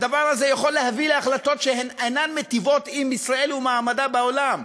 הדבר הזה יכול להביא להחלטות שאינן מטיבות עם ישראל ומעמדה בעולם.